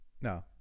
no